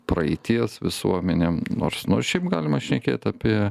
praeities visuomenėm nors nu šiaip galima šnekėt apie